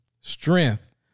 strength